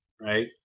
Right